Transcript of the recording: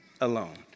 alone